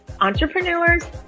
entrepreneurs